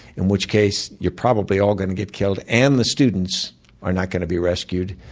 in which case you're probably all going to get killed and the students are not going to be rescued,